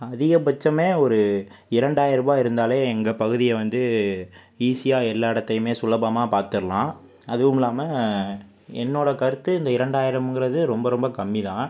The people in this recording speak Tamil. அதிகபட்சமே ஒரு இரண்டாயிருபாய் இருந்தாலே எங்கள் பகுதியை வந்து ஈஸியாக எல்லா இடத்தையுமே சுலபமாக பார்த்துர்லாம் அதுவும் இல்லாமல் என்னோடய கருத்து இந்த இரண்டாயிரங்கிறது ரொம்ப ரொம்ப கம்மிதான்